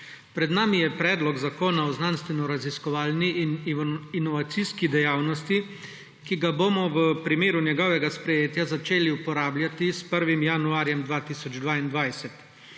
Pred nami je Predlog zakona o znanstvenoraziskovalni in inovacijski dejavnosti, ki ga bomo v primeru njegovega sprejetja začeli uporabljati s 1. januarjem 2022.